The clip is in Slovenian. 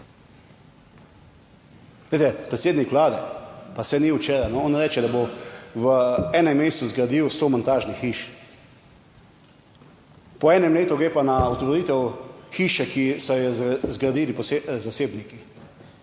predsednik Vlade pa saj ni včeraj, on reče, da bo v enem mesecu zgradil sto montažnih hiš, po enem letu gre pa na otvoritev hiše, ki so jo zgradili zasebniki,